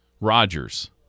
Rodgers